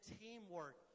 teamwork